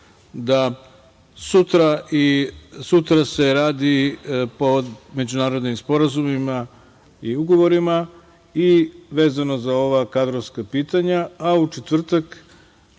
Sutra se radi po međunarodnim sporazumima i ugovorima i vezano za ova kadrovska pitanja, a u četvrtak